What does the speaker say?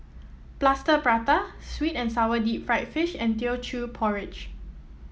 Plaster Prata sweet and sour Deep Fried Fish and Teochew Porridge